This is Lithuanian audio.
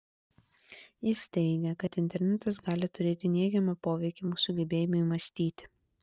jis teigia kad internetas gali turėti neigiamą poveikį mūsų gebėjimui mąstyti